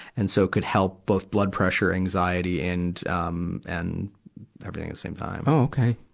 and so, could help both blood pressure, anxiety, and, um, and everything the same time. oh,